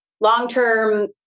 long-term